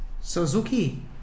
Suzuki